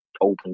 open